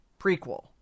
prequel